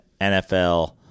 NFL